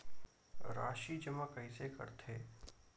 राशि जमा कइसे करथे?